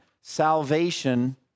Salvation